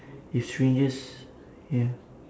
if strangers ya